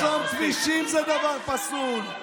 לחסום כבישים זה דבר פסול,